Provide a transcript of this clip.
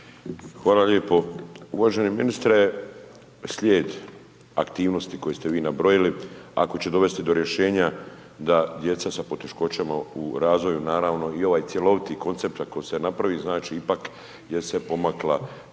Miro (MOST)** Uvaženi ministre, slijed aktivnosti koje ste vi nabrojali ako će dovesti do rješenja da djeca sa poteškoćama u razvoju naravno i ovaj cjeloviti koncept ako se napravi znači ipak jer se pomakla